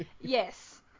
yes